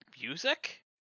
music